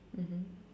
mmhmm